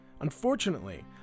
Unfortunately